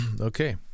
Okay